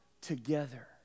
together